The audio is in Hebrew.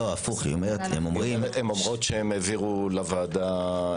הן אומרות שהעבירו לוועדה.